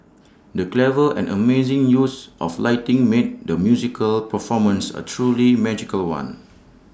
the clever and amazing use of lighting made the musical performance A truly magical one